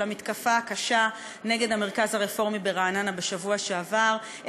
המתקפה הקשה נגד המרכז הרפורמי ברעננה בשבוע שעבר,